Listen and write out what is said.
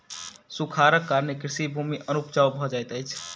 सूखाड़क कारणेँ कृषि भूमि अनुपजाऊ भ जाइत अछि